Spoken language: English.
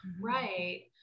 Right